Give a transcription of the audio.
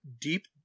deep